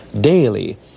Daily